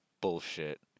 bullshit